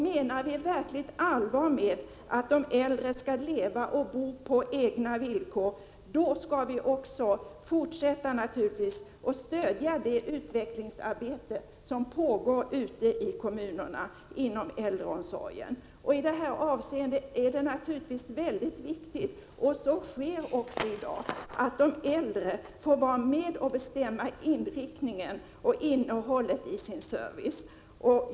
Menar vi verkligt allvar med att de äldre skall leva och bo på egna villkor, då skall vi också fortsätta att stödja det utvecklingsarbete som pågår ute i kommunerna inom äldreomsorgen. I det här avseendet är det naturligtvis väldigt viktigt — och så sker också i dag att de äldre får vara med och bestämma inriktningen av och innehållet i sin service.